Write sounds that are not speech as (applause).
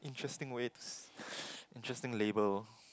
interesting way (noise) interesting label